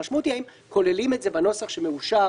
המשמעות היא האם כוללים את זה בנוסח שמאושר